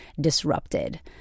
disrupted